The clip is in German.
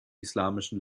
islamischen